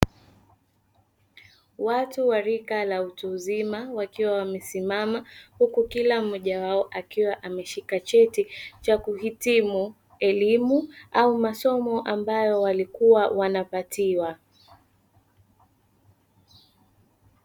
Watu wa rika ya utuuzima wakiwa wamesimama, huku kila mmoja wao akiwa ameshika cheti cha kuhitimu elimu au masomo ambayo walikuwa wanapatiwa.